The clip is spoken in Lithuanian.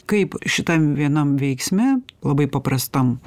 kaip šitam vienam veiksme labai paprastam